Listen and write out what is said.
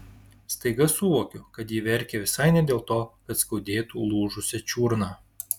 staiga suvokiu kad ji verkia visai ne dėl to kad skaudėtų lūžusią čiurną